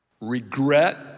regret